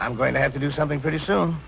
i'm going to have to do something pretty soon